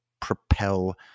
propel